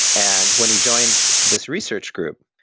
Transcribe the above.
and when he joined this research group,